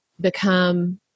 become